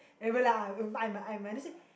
everybody like uh um I'm I'm a then I say